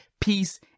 peace